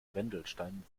wendelstein